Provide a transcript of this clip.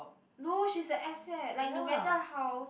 no she's a asset like no matter how